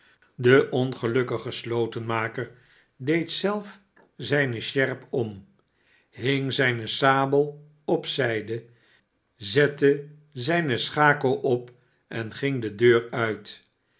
de ongelukkige slotenmaker deed zelf zijne sjerp omening zijne sabel op zijde zette zijne schako op en ging de deur uit